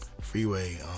Freeway